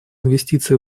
инвестиции